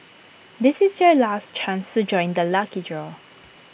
this is your last chance to join the lucky draw